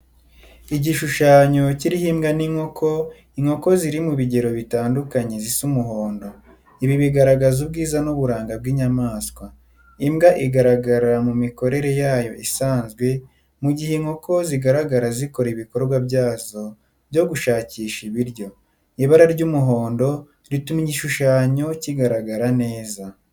Igishushanyo kiriho imbwa n’inkoko, inkoko ziri mu bigero bitandukanye zisa umuhondo. Ibi bigaragaza ubwiza n’uburanga bw’inyamaswa. Imbwa igaragara mu mikorere yayo isanzwe, mu gihe inkoko zigaragara zikora ibikorwa byazo byo gushakisha ibiryo. Ibara ry’umuhondo rituma igishushanyo kigaragara neza.